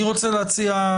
אני רוצה להציע,